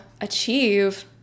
achieve